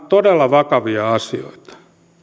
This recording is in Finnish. todella vakavia asioita